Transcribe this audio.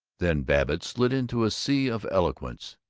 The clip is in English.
then babbitt slid into a sea of eloquence